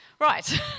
Right